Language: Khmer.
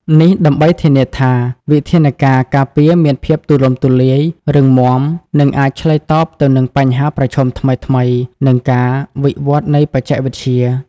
នេះដើម្បីធានាថាវិធានការការពារមានភាពទូលំទូលាយ រឹងមាំ និងអាចឆ្លើយតបទៅនឹងបញ្ហាប្រឈមថ្មីៗ និងការវិវត្តន៍នៃបច្ចេកវិទ្យា។